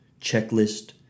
checklist